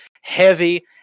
heavy